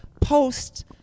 post